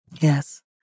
Yes